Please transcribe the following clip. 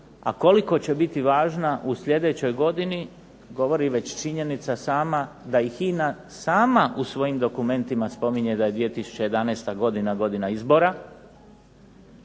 a koliko će biti važna u sljedećoj godini govori već činjenica sama da i HINA sama u svojim dokumentima spominje da je 2011. godina godina izbora,